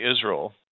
Israel